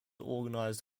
organized